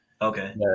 Okay